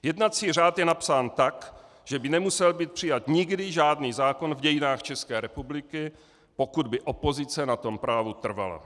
Jednací řád je napsán tak, že by nemusel být přijat nikdy žádný zákon v dějinách České republiky, pokud by opozice na tom právu trvala.